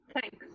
Thanks